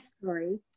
story